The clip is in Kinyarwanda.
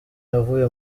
yavuye